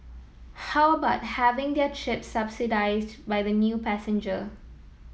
how about having their trip subsidised by the new passenger